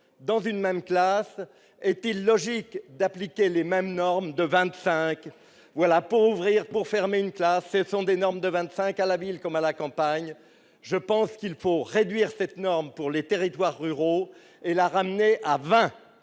dans une même classe est-il logique d'appliquer les mêmes normes de 25 voiles appauvrir pour fermer une classe, ce sont des normes de 25 à la ville comme à la campagne, je pense qu'il faut réduire cette norme pour les territoires ruraux et la ramener à 20